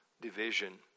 division